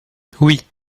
oui